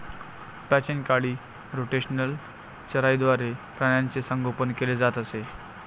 प्राचीन काळी रोटेशनल चराईद्वारे प्राण्यांचे संगोपन केले जात असे